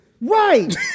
right